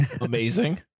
Amazing